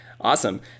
Awesome